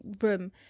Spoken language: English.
room